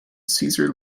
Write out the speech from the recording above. cesare